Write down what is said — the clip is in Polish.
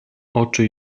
oczy